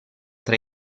tra